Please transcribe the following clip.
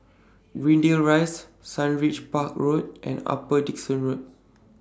Greendale Rise Sundridge Park Road and Upper Dickson Road